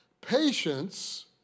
Patience